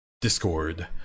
Discord